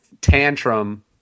tantrum